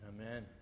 Amen